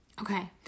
Okay